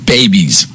Babies